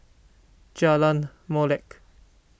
Jalan Molek